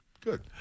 Good